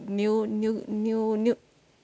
new new new new